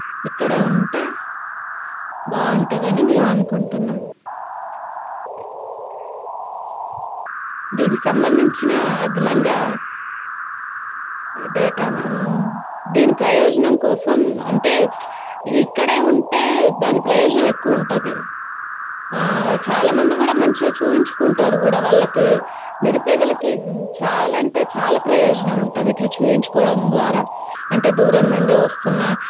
ఇక్కడే ఉంటే బాగుంటుందని మేము అనుకుంటున్నాం దీన్ని సంబంధించిన అదనంగా డేటా అన్ దీని ప్రయోజనం కోసం అంటే ఇక్కడే ఉంటే దాని ప్రయోజనం ఎక్కువ ఉంటుంది చాలామంది కూడా మంచిగా చూపించుకుంటారు కూడా వాళ్ళకి నిరుపేదలకి చాలా అంటే చాలా ప్రయోజనం ఉంటుంది ఇట్ల చూయించుకోవడం ద్వారా అంటే దూరం నుండి వస్తున్న